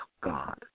God